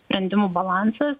sprendimų balansas